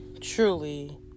truly